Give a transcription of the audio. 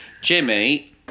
Jimmy